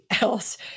else